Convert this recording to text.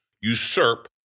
usurp